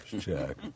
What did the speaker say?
check